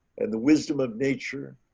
and the wisdom of nature.